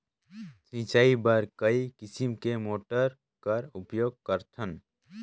सिंचाई बर कई किसम के मोटर कर उपयोग करथन?